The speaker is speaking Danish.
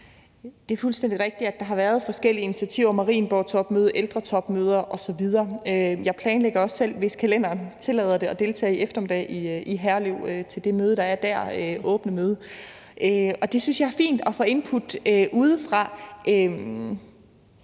Det er fuldstændig rigtigt, at der har været forskellige initiativer: Marienborgtopmødet, ældretopmøder osv. Jeg planlægger også selv, hvis kalenderen tillader det, at deltage i det åbne møde i Herlev i eftermiddag. Jeg synes, det er fint at få input udefra.